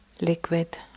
liquid